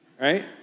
right